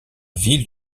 ville